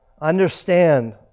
Understand